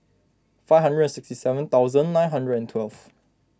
five hundred and sixty seven thousand nine hundred and twelve